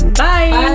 bye